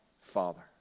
Father